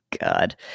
God